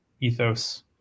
ethos